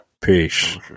Peace